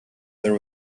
there